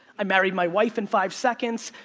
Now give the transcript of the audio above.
i married my wife in five seconds,